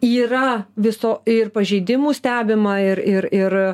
yra viso ir pažeidimų stebima ir ir ir